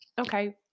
okay